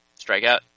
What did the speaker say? strikeout